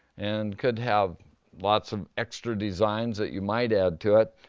and could have lots of extra designs that you might add to it.